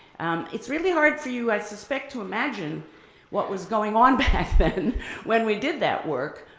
it's really hard for you, i so expect, to imagine what was going on back then when we did that work.